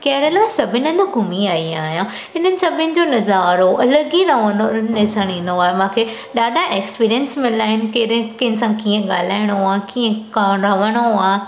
कैरला सभिनि हंधि घुमी आई आहियां इन्हनि सभिनि जो नज़ारो अलॻि ई रहंदो ॾिसणु ईंदो आहे मूंखे ॾाढा एक्सपीरियंस मिलिया आहिनि कहिड़े कंहिं सां कीअं ॻाल्हाइणो आहे कीअं कौं लवणो आहे